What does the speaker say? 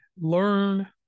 learn